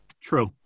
True